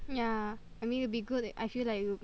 yeah I mean it would be good I feel like it would be